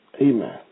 Amen